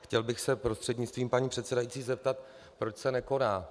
Chtěl bych se prostřednictvím paní předsedající zeptat, proč se nekoná.